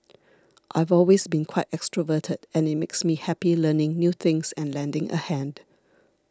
I've always been quite extroverted and it makes me happy learning new things and lending a hand